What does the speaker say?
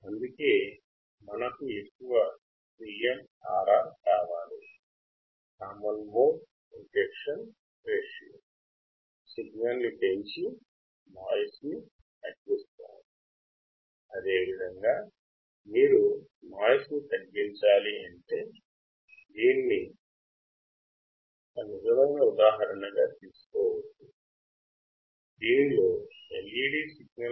అందుకే మనకు అధిక CMRR కామన్ మోడ్ తిరస్కరణ నిష్పత్తి అవసరం